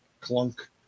clunk